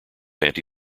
anti